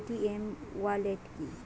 Paytm wallet কি?